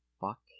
fuck